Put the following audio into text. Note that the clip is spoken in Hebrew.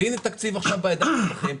והינה, התקציב עכשיו בידיים שלכם.